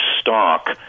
stock